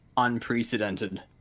Unprecedented